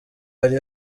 hari